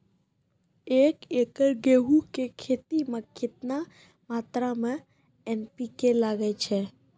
एक एकरऽ गेहूँ के खेती मे केतना मात्रा मे एन.पी.के लगे छै?